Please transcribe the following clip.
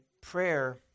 prayer